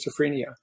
schizophrenia